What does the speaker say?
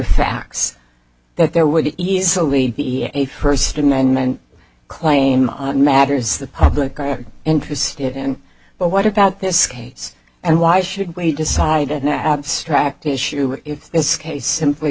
facts that there would easily be a first amendment claim on matters the public are interested in but what about this case and why should we decide an abstract issue if this case simply